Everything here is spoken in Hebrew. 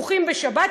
שפתוחים בשבת.